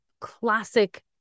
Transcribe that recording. classic